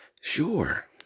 Sure